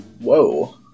Whoa